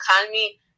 economy